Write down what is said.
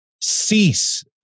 cease